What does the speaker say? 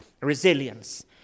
resilience